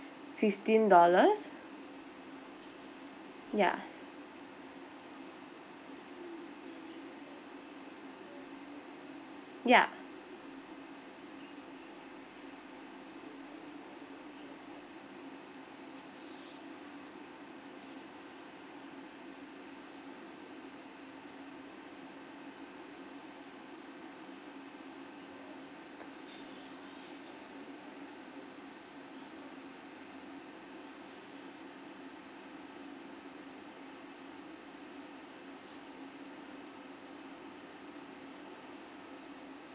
fifteen dollars ya ya